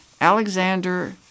Alexander